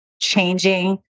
changing